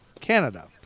Canada